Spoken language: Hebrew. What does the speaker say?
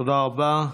תודה רבה.